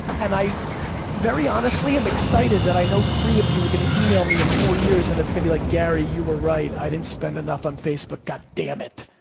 and i very honestly am excited that i know three of you are gonna email me in four years and it's gonna be like, gary, you were right, i didn't spend enough on facebook, god damn it.